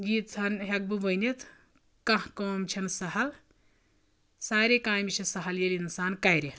ییٗژ ہَن ہیٚکہِ بہٕ ؤنتِھ کانہہ کٲم چھنہٕ سہل سارے کامہِ چھِ سہل ییلہِ انسان کرِ